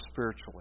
spiritually